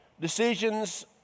decisions